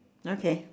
okay